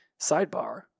Sidebar